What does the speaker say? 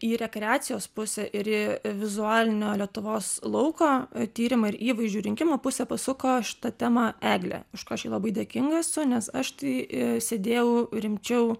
į rekreacijos pusę ir vizualinio lietuvos lauko tyrimą ir įvaizdžių rinkimo pusę pasuko šitą temą eglė už ką aš jai labai dėkinga esu nes aš tai sėdėjau rimčiau